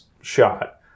shot